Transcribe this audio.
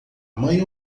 mãe